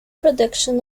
production